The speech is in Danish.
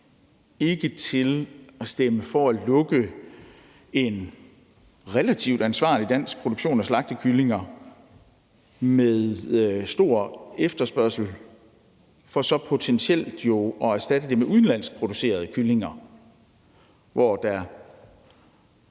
ikke til at stemme for at lukke en relativt ansvarlig dansk produktion af slagtekyllinger med stor efterspørgsel for så potentielt jo at erstatte det med udenlandsk producerede kyllinger, hvor der,